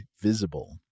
Visible